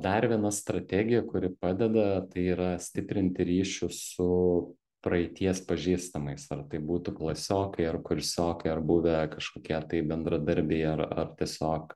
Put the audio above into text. dar viena strategija kuri padeda tai yra stiprinti ryšius su praeities pažįstamais ar tai būtų klasiokai ar kursiokai ar buvę kažkokie tai bendradarbiai ar ar tiesiog